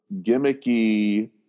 gimmicky